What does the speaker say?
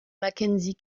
mackenzie